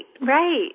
right